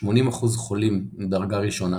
80% חולים מדרגה ראשונה,